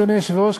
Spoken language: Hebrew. אדוני היושב-ראש,